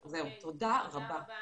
זהו, תודה רבה.